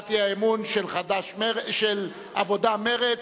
הצעת האי-אמון של העבודה ומרצ.